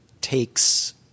takes